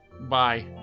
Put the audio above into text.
Bye